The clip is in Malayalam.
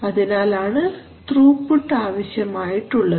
അതിനാൽ ആണ് ത്രൂപുട്ട് ആവശ്യമുള്ളത്